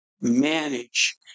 manage